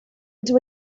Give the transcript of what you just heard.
into